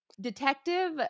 detective